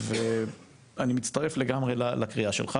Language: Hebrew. ואני מצטרף לגמרי לקריאה שלך.